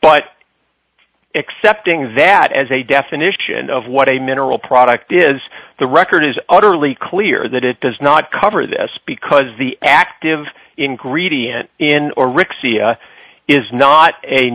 but excepting that as a definition of what a mineral product is the record is utterly clear that it does not cover this because the active ingredient in